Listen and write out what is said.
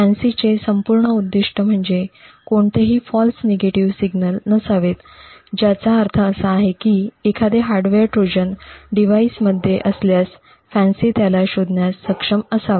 फॅन्सीचे संपूर्ण उद्दीष्ट म्हणजे कोणतेही फॉल्स नेगेटिव्ह सिग्नल्स नसावेतज्याचा अर्थ असा आहे की एखादे हार्डवेअर ट्रोजन डिव्हाइसमध्ये असल्यास फॅन्सी त्याला शोधण्यास सक्षम असावा